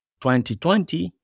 2020